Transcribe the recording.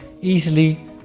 easily